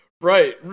Right